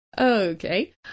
Okay